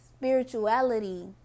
spirituality